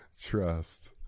Trust